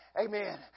Amen